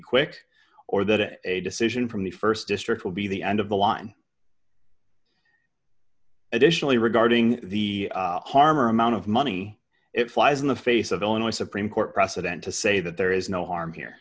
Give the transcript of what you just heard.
quick or that a decision from the st district will be the end of the line additionally regarding the harm or amount of money it flies in the face of illinois supreme court precedent to say that there is no harm here